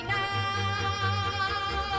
now